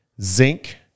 zinc